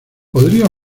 podría